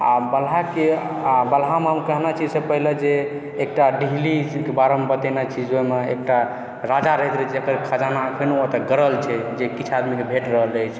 आओर बलहाके आओर बलहामे हम कहने छी एहिसँ पहिने जे एकटा डीहलीकऽ बारे मऽ बतेने छी जे ओहिमे एकटा राजा रहैत रहै जकर खजाना एखैनो ओतऽ गरल छै जे किछु आदमीके भेट रहल अछि